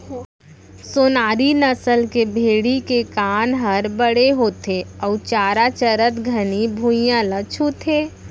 सोनारी नसल के भेड़ी के कान हर बड़े होथे अउ चारा चरत घनी भुइयां ल छूथे